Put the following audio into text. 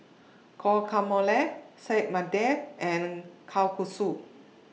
Guacamole Saag and Kalguksu